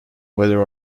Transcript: whether